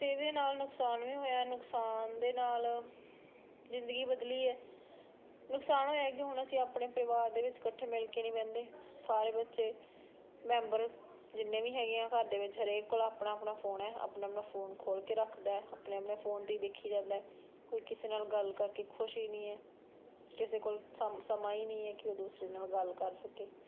ਅਤੇ ਇਹਦੇ ਨਾਲ ਨੁਕਸਾਨ ਵੀ ਹੋਇਆ ਨੁਕਸਾਨ ਦੇ ਨਾਲ ਜ਼ਿੰਦਗੀ ਬਦਲੀ ਹੈ ਨੁਕਸਾਨ ਹੋਇਆ ਕਿ ਹੁਣ ਅਸੀਂ ਆਪਣੇ ਪਰਿਵਾਰ ਦੇ ਵਿੱਚ ਇਕੱਠੇ ਮਿਲ ਕੇ ਨਹੀਂ ਬਹਿੰਦੇ ਸਾਰੇ ਬੱਚੇ ਮੈਂਬਰ ਜਿੰਨੇ ਵੀ ਹੈਗੇ ਆ ਘਰ ਦੇ ਵਿੱਚ ਹਰੇਕ ਕੋਲ ਆਪਣਾ ਆਪਣਾ ਫੋਨ ਹੈ ਆਪਣਾ ਆਪਣਾ ਫੋਨ ਖੋਲ੍ਹ ਕੇ ਰੱਖਦਾ ਆਪਣੇ ਆਪਣੇ ਫੋਨ 'ਤੇ ਹੀ ਦੇਖੀ ਜਾਂਦਾ ਕੋਈ ਕਿਸੇ ਨਾਲ ਗੱਲ ਕਰਕੇ ਖੁਸ਼ ਹੀ ਨਹੀਂ ਹੈ ਕਿਸੇ ਕੋਲ ਸਮ ਸਮਾਂ ਹੀ ਨਹੀਂ ਹੈ ਕਿ ਉਹ ਦੂਸਰੇ ਨਾਲ ਗੱਲ ਕਰ ਸਕੇ